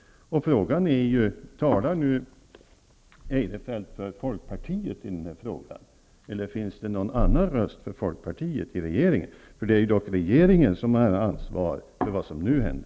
Frågan är: Talar nu Eirefelt för folkpartiet i den här frågan? Eller finns det någon annan röst för folkpartiet i regeringen? Det är dock regeringen som har ansvar för vad som nu händer.